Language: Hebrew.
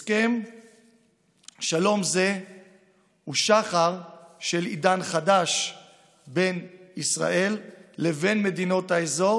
הסכם שלום זה הוא שחר של עידן חדש בין ישראל לבין מדינות האזור